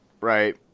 Right